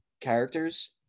characters